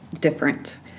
different